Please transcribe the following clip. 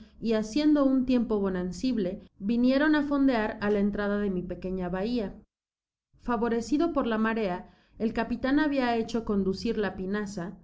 y haciendo un tiempo bonancible vinieron á fondear á la entrada de mi pequeña bahia favorecido por la marea el capitan babia hecho conducir la pinaza